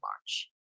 March